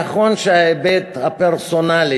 נכון שגם ההיבט הפרסונלי,